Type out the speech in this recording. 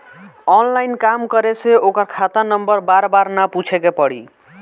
online काम करे से ओकर खाता नंबर बार बार ना पूछे के पड़ी